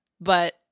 but-